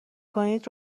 کنید